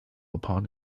upon